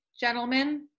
gentlemen